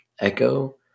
Echo